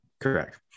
correct